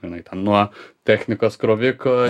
žinai ten nuo technikos kroviko